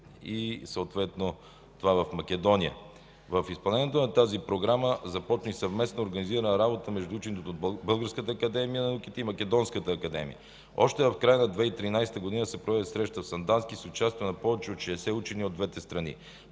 и съответно тази в Македония: „В изпълнението на тази програма започна съвместно организирана работа между учените от Българската академия на науките и Македонската академия. Още в края на 2013 г. се проведе среща в Сандански с участието на повече от 60 учени от двете страни.